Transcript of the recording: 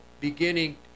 beginning